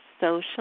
social